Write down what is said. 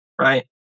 right